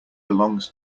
belongs